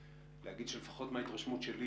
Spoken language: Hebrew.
אני ארצה להגיד שלפחות מההתרשמות שלי